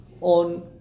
on